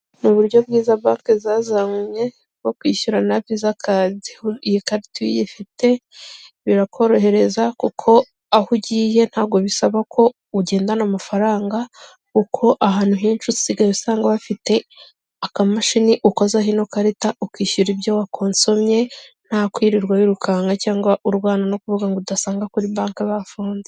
Mu buryo bwiza banke zazamuye bwo kwishyura na viza kadi, ubundi iyi karita iyo ifite birakorohereza kuko aho ugiye ntabwo bisaba ko ugendana amafaranga kuko ahantu henshi usigaye usanga bafite akamashini ukozaho ino karita, ukishyura ibyo wakosomye, ntakwirirwa wirukanka cyangwa urwana no kuvuga ngo udasanga kuri banke bafunze.